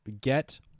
get